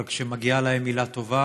אבל כשמגיעה להם מילה טובה